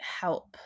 help